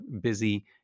busy